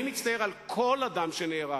אני מצטער על כל אדם שנהרג,